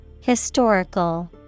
Historical